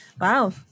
Wow